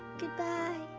goodbye.